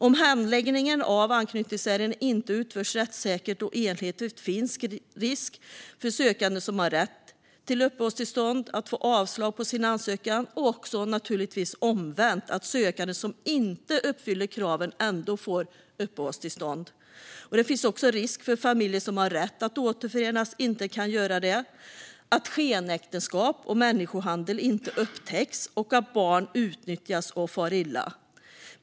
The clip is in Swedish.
Om handläggningen av anknytningsärenden inte utförs rättssäkert och enhetligt finns en risk för att sökande som har rätt till uppehållstillstånd får avslag på sin ansökan, och omvänt att sökande som inte uppfyller villkoren ändå får uppehållstillstånd. Det finns också en risk för att familjer som har rätt att återförenas inte kan göra det, att skenäktenskap och människohandel inte upptäcks och att barn utnyttjas och far illa.